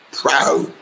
proud